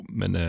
men